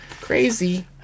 Crazy